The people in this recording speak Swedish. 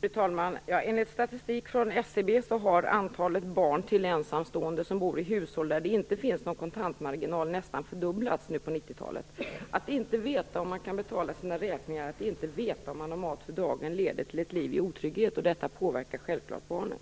Fru talman! Enligt statistik från SCB har antalet barn till ensamstående som bor i hushåll där det inte finns någon kontantmarginal nästan fördubblats på 90-talet. Att inte veta om man kan betala sina räkningar eller att inte veta om man har mat för dagen leder till ett liv i otrygghet, och detta påverkar självfallet barnen.